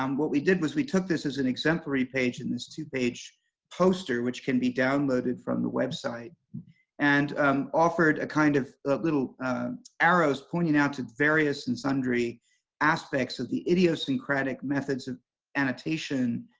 um what we did was we took this as an exemplary page in this two-page poster which can be downloaded from the website and and um offered a kind of little arrows pointing out to various and sundry aspects of the idiosyncratic methods of annotation,